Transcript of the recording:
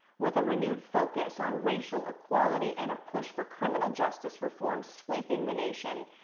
with a renewed focus on racial equality and a push for criminal justice reform sweeping the nation,